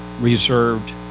reserved